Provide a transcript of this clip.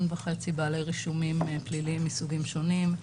וחצי בעלי רישומים פליליים מסוגים שונים,